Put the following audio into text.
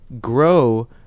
grow